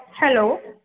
hello